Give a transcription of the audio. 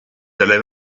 dalle